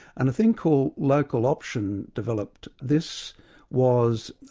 and a thing called local option developed. this was,